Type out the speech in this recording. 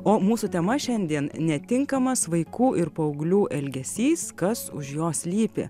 o mūsų tema šiandien netinkamas vaikų ir paauglių elgesys kas už jo slypi